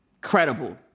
credible